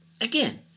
Again